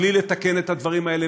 בלי לתקן את הדברים האלה,